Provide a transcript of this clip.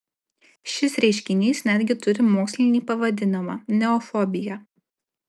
šis reiškinys netgi turi mokslinį pavadinimą neofobija